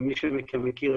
שמי שמכם מכיר,